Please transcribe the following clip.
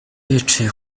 yicaye